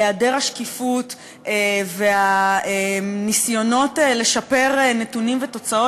היעדר השקיפות והניסיונות האלה לשפר נתונים ותוצאות